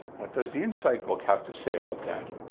what does the insight book have to say about that?